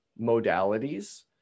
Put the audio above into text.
modalities